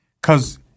cause